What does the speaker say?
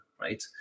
Right